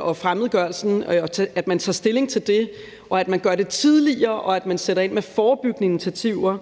og fremmedgørelsen, og at man gør det tidligere, og at man sætter ind med forebyggende initiativer.